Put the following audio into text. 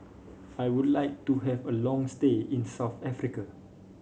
I would like to have a long stay in South Africa